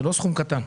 זה סכום לא קטן.